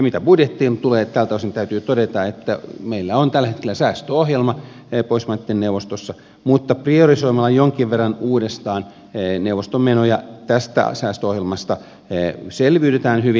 mitä budjettiin tulee tältä osin täytyy todeta että meillä on tällä hetkellä säästöohjelma pohjoismaitten neuvostossa mutta priorisoimalla jonkin verran uudestaan neuvoston menoja tästä säästöohjelmasta selviydytään hyvin